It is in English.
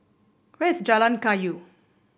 where is Jalan Kayu